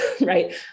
right